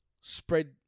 spread